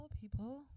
people